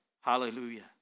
Hallelujah